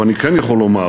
אבל אני כן יכול לומר